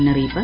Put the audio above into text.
മുന്നറിയിപ്പ്